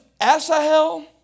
Asahel